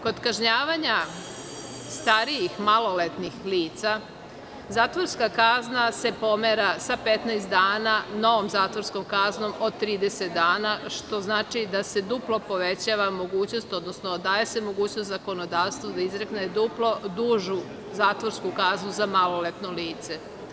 Kod kažnjavanja starijih maloletnih lica zatvorska kazna se pomera sa 15 dana novom zatvorskom kaznom od 30 dana, što znači da se duplo povećava mogućnost, odnosno daje se mogućnost zakonodavstvu da izrekne duplo dužu zatvorsku kaznu za maloletno lice.